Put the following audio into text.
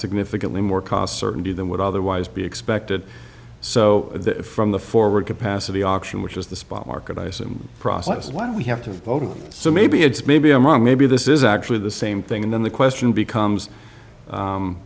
significantly more cost certainty than would otherwise be expected so from the forward capacity auction which is the spot market isin process why we have to vote so maybe it's maybe i'm wrong maybe this is actually the same thing and then the question becomes